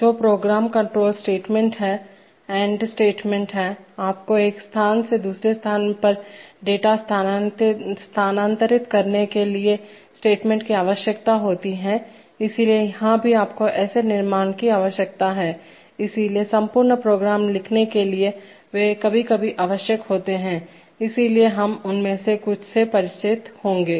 जो program control statement हैंऐड statement हैंआपको एक स्थान से दूसरे स्थान पर डेटा स्थानांतरित करने के लिए स्टेटमेंट की आवश्यकता होती है इसलिए यहां भी आपको ऐसे निर्माण की आवश्यकता है इसलिए संपूर्ण प्रोग्राम लिखने के लिए वे कभी कभी आवश्यक होते हैं इसलिए हम उनमें से कुछ से परिचित होंगे